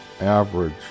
average